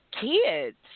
kids